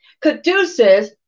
Caduceus